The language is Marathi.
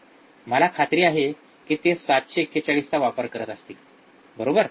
मला खात्री आहे कि ते ७४१ चा वापर करत असतील बरोबर